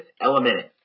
Element